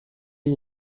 you